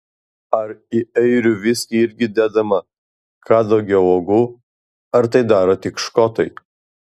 ar į airių viskį irgi dedama kadagio uogų ar tai daro tik škotai